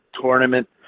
tournament